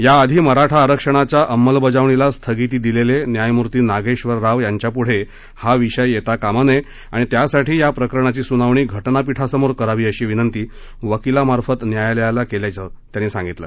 याआधी मराठा आरक्षणाच्या अंमलबजावणीला स्थगिती दिलेले न्यायमूर्ती नागेश्वर राव यांच्यापुढे हा विषय येता कामा नये आणि त्यासाठी या प्रकरणाची सुनावणी घटनापीठासमोर करावी अशी विनंती वकीलामार्फत न्यायालयाला केल्याची त्यांनी सांगितलं